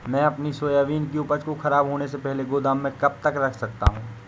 मैं अपनी सोयाबीन की उपज को ख़राब होने से पहले गोदाम में कब तक रख सकता हूँ?